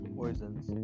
Poisons